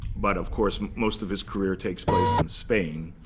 but of course, most of his career takes place in spain.